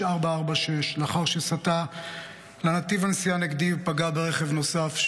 446 לאחר שסטה לנתיב הנסיעה הנגדי ופגע ברכב נוסף.